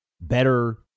better